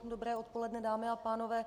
Dobré odpoledne, dámy a pánové.